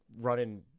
running